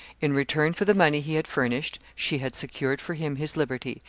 in return for the money he had furnished, she had secured for him his liberty,